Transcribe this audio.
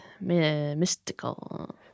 mystical